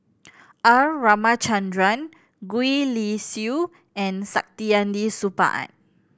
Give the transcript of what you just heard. R Ramachandran Gwee Li Sui and Saktiandi Supaat